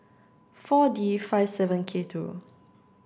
four D five seven K two